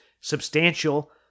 substantial